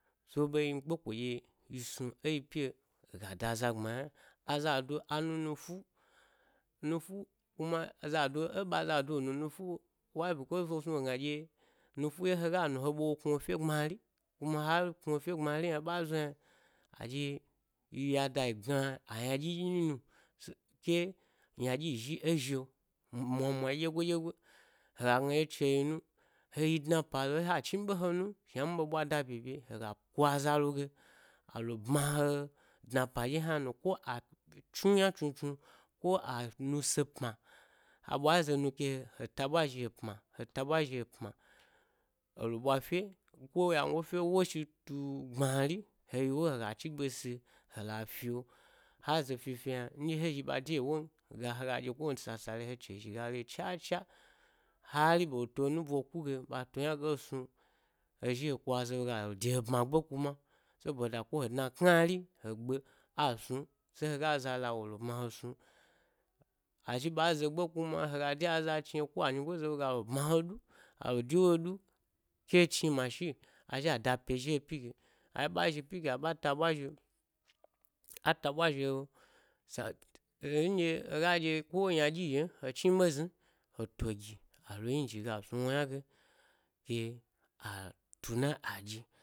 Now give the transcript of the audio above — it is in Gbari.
So, ɓeyi mi kpeko ɗye yi snu eyi pyi’o ga da za gbma yna hna, azado a-nu nufu-nufu kuma, ẻ zado, eɓaza wo nu nufu why because eza snu waga gna ɗye-nufu, ɗye hega nu he ɓwa wo chwna efye gbmari kuma, ha chwna efye gbman hna eɓe a zo yna. A ɗye ya da gna aynadyi nyi na be, ynadyi zhi e zhi’o mwamwa ɗyegoi ɗyegoi. Hega gna ɗye chewyi nu, heyi dnapma be, ha dmiba he nu n shna ni ɓe ɓwada bya bye, hega ku aza lo ge, alo bmahe dna pa ɗye hna nu, ko a yi, tsnu yna tsnu tsnu, ko, a nu se pma aɓwa zonu kehe tabwa zhi he pma, he ta bwa zhi he pma, elo ɓwa efye, ko yango fye woshitu-gbmari heyi’ woyi hega chigbe si he la fya, ha zo fi fi’ yna, nɗye he zhi ba de yi won ga hega ɗye kowani sasale he chenyi zhi ga la yi chacha hari ba to nubo kuge ɓa to ynage snu, hezhi he ku aza loge ale debma gbe kuma saboda ko he dna kna ri he gbe, a snun, se hega eza la wo lo bma he snu, ha, azhi ba zo gbe kuma hega do aza chni ko anyigo za gab ma he du, ale dewosu ko he chni mashi azhi a da pye zhi he pyi ge, azhi ba zhi’ pyi ge aba taba zhi’o-ata’ ɓwo zhi’o sa adde hegi ɗye ko ynaɗyi yen, he chniɓe zni he to gi alo njige a snu yna ge, ka a tuna a ɗyi.